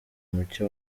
muke